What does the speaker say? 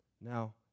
Now